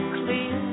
clear